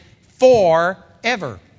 forever